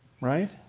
right